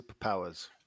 superpowers